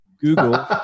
Google